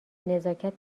نزاکت